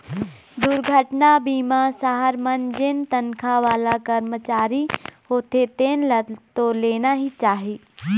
दुरघटना बीमा सहर मन जेन तनखा वाला करमचारी होथे तेन ल तो लेना ही चाही